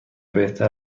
بهتر